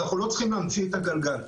אנחנו לא צריכים להמציא את הגלגל.